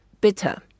bitter